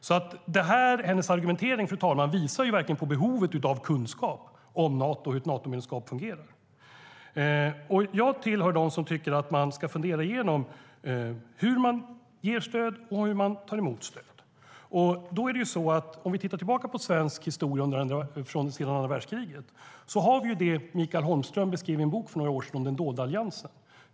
Hillevi Larssons argumentering visar därför, fru talman, på behovet av kunskap om Nato och hur ett Natomedlemskap fungerar. Jag tillhör dem som tycker att man ska fundera igenom hur man ger stöd och hur man tar emot stöd. Då är det så att om vi tittar tillbaka på svensk historia sedan andra världskriget har vi det som Mikael Holmström beskrev i en bok för några år sedan: den dolda alliansen.